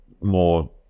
more